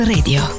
Radio